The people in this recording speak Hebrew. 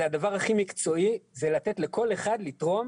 הדבר הכי מקצועי זה לתת לכל אחד לתרום